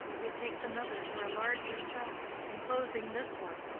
it takes another for a larger self, enclosing this one,